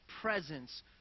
presence